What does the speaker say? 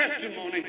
testimony